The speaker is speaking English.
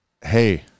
hey